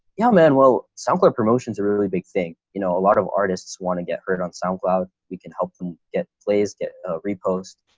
yeah, man, well, sampler promotion is a really big thing. you know, a lot of artists want to get heard on soundcloud. we can help them get plays get repost,